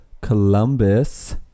Columbus